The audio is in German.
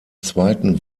zweiten